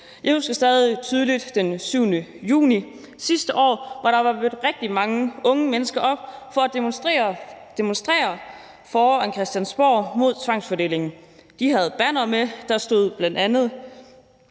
Jeg husker stadig tydeligt den 7. juni sidste år, hvor der var mødt rigtig mange unge mennesker op for at demonstrere foran Christiansborg mod tvangsfordelingen. De havde bannere med. Der stod bl.a.: